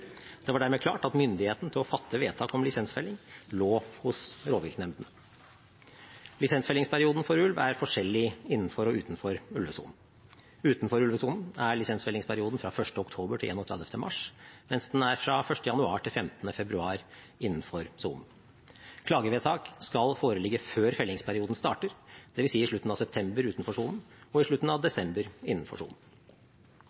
Det var dermed klart at myndigheten til å fatte vedtak om lisensfelling lå hos rovviltnemndene. Lisensfellingsperioden for ulv er forskjellig innenfor og utenfor ulvesonen. Utenfor ulvesonen er lisensfellingsperioden fra 1. oktober til 31. mars, mens den er fra 1. januar til 15. februar innenfor sonen. Klagevedtak skal foreligge før fellingsperioden starter, det vil si i slutten av september utenfor sonen og i slutten av